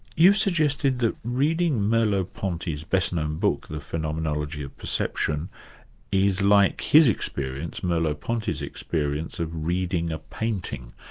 you've suggested that reading merleau-ponty's best-known book, the phenomenology of perception is like his experience, merleau-ponty's experience, of reading a painting.